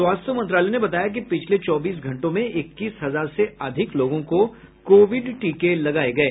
स्वास्थ्य मंत्रालय ने बताया कि पिछले चौबीस घंटों में इक्कीस हजार से अधिक लोगों को कोविड टीके लगाए गये